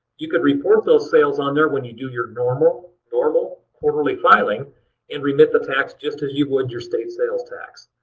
you could report those sales on there when you do your normal normal quarterly filing and remit the tax just as you would your state sales tax.